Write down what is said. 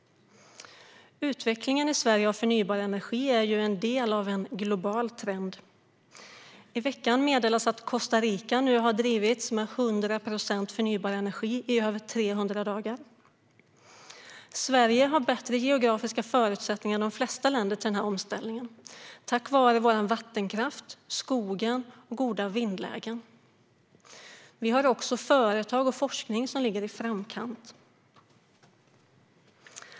Utvecklingen av förnybar energi i Sverige är en del av en global trend. I veckan meddelades att Costa Rica nu har drivits med 100 procent förnybar energi i över 300 dagar. Sverige har bättre geografiska förutsättningar än de flesta länder för denna omställning, tack vare vattenkraften, skogen och goda vindlägen. Vi har också företag och forskning som ligger i framkant.